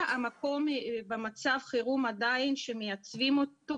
המקום במצב חירום ומנסים לייצב אותו,